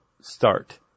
start